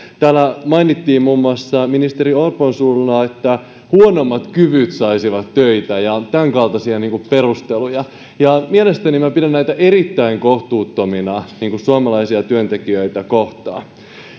täällä mainittiin muun muassa ministeri orpon suulla että huonommat kyvyt saisivat töitä ja on tämänkaltaisia perusteluja minä pidän näitä erittäin kohtuuttomina suomalaisia työntekijöitä kohtaan